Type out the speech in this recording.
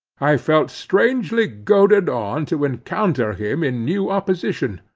i felt strangely goaded on to encounter him in new opposition,